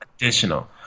Additional